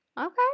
Okay